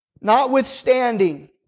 Notwithstanding